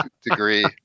degree